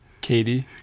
Katie